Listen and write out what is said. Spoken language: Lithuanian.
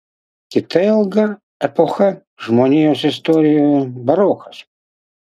kita ilga epocha žmonijos istorijoje barokas